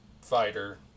fighter